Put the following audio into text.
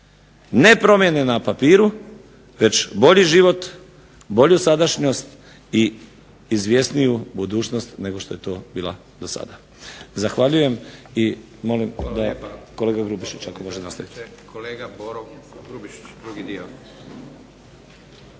Ne promjene na papiru već bolji život, bolju sadašnjost i izvjesniju budućnost nego što je to bila dosada. Zahvaljujem i molim da kolega Grubišić ako može nastaviti.